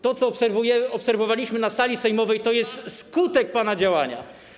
To, co obserwowaliśmy na sali sejmowej, to jest skutek pana działania.